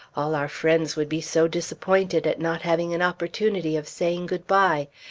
all our friends would be so disappointed at not having an opportunity of saying good-bye.